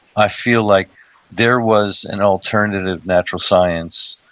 i feel like there was an alternative natural science,